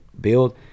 build